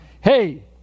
hey